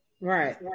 Right